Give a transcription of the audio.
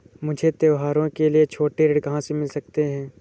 मुझे त्योहारों के लिए छोटे ऋण कहाँ से मिल सकते हैं?